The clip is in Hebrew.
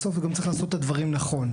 בסוף גם צריך לעשות את הדברים נכון,